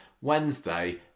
Wednesday